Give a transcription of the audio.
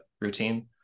routine